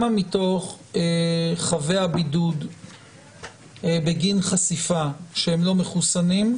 מתוך חבי הבידוד בגין חשיפה, שהם לא מחוסנים,